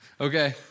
Okay